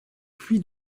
puy